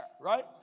right